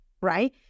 right